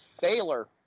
Baylor